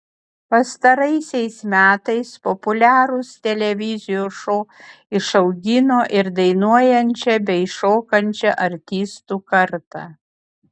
pastaraisiais metais populiarūs televizijos šou išaugino ir dainuojančią bei šokančią artistų kartą